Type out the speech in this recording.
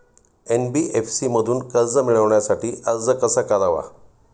NBFC मधून कर्ज मिळवण्यासाठी अर्ज कसा करावा?